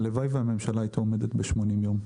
הלוואי והממשלה היתה עומדת ב-80 יום.